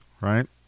Right